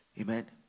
Amen